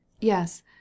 Yes